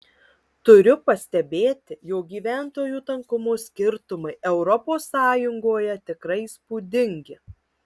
turiu pastebėti jog gyventojų tankumo skirtumai europos sąjungoje tikrai įspūdingi